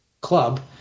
club